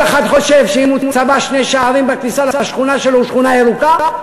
כל אחד חושב שאם הוא צבע שני שערים בכניסה לשכונה שלו הוא שכונה ירוקה?